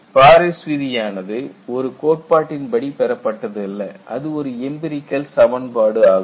Paris விதியானது ஒரு கோட்பாட்டின் படி பெறப்பட்டது அல்ல அது ஒரு எம்பிரிகல் சமன்பாடு ஆகும்